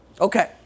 Okay